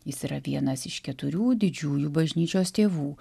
jis yra vienas iš keturių didžiųjų bažnyčios tėvų